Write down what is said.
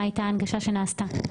מה הייתה ההנגשה שנעשתה?